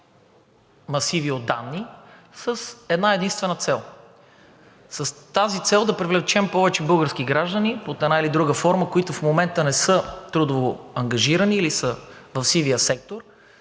масиви от данни с една-единствена цел – да привлечем повече български граждани под една или друга форма, които в момента не са трудово ангажирани или са в сивия сектор,